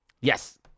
yes